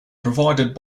provided